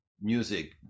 music